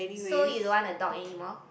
so you don't want a dog anymore